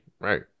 Right